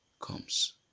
comes